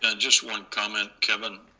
ah just one comment, kevin.